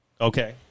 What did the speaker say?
Okay